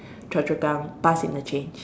Chua-Chu-Kang bus interchange